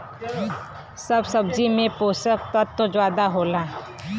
सब सब्जी में पोसक तत्व जादा होला